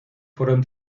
fueron